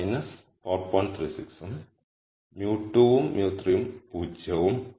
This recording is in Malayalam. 36 ഉം μ2 ഉം μ3 ഉം 0 യും ആണ്